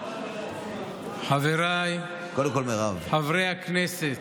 חבריי חברי הכנסת,